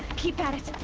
keep at it!